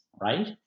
right